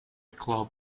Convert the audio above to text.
club